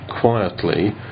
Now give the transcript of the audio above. quietly